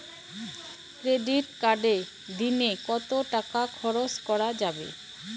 Credit কার্ডে দিনে কত টাকা খরচ করা যাবে?